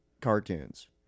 cartoons